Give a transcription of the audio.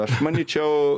aš manyčiau